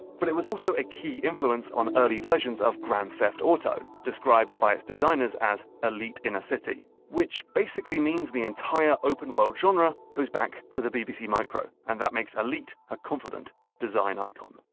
but it was also a key influence on early versions of grand theft auto described by its designers as elite in a city. which basically means the entire open world genre goes back to the bbc micro, and that makes elite a confident design icon.